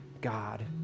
God